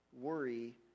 worry